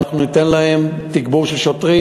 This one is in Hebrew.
אנחנו ניתן להן תגבור של שוטרים,